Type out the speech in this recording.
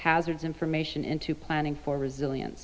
hazards information into planning for resilien